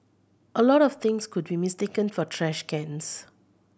a lot of things could be mistaken for trash cans